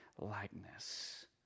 likeness